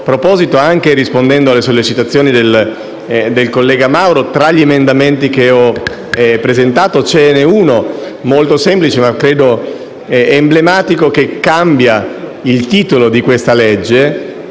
proposito, anche rispondendo alle sollecitazione del collega Mario Mauro, tra gli emendamenti da me presentati ve ne è uno molto semplice, ma che reputo emblematico, che cambia il titolo di questo disegno